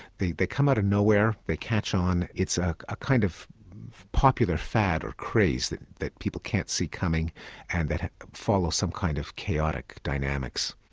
they they come out of nowhere, they catch on, it's a ah kind of popular fad or craze that that people can't see coming and that follow some kind of chaotic dynamics.